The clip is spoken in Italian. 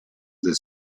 del